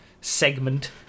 segment